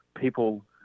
people